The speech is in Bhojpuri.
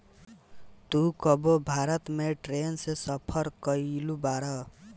तू कबो भारत में ट्रैन से सफर कयिउल बाड़